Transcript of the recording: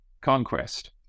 conquest